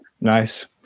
nice